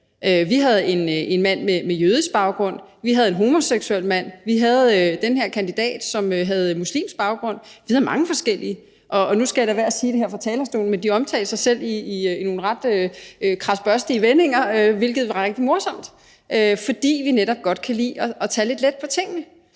Vi havde en mand med jødisk baggrund; vi havde en homoseksuel mand; vi havde den her kandidat, som havde muslimsk baggrund. Vi havde mange forskellige. Nu skal jeg lade være at sige det her fra talerstolen, men de omtalte sig selv i nogle ret kradsbørstige vendinger, hvilket var rigtig morsomt, fordi vi netop godt kan lide at tage lidt let på tingene.